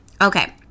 Okay